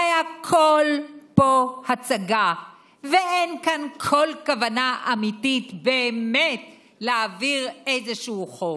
הרי הכול פה הצגה ואין כאן כל כוונה אמיתית באמת להעביר איזשהו חוק.